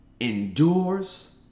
endures